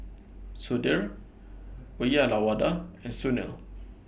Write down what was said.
Sudhir Uyyalawada and Sunil